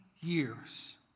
years